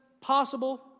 possible